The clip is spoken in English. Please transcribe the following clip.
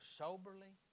soberly